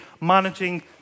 managing